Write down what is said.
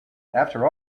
after